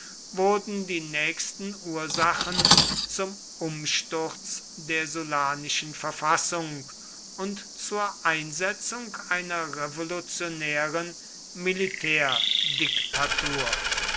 wurden die nächsten ursachen zum umsturz der sullanischen verfassung und zur einsetzung einer revolutionären